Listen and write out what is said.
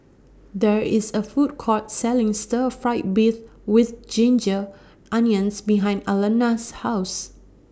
There IS A Food Court Selling Stir Fried Beef with Ginger Onions behind Alannah's House